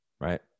right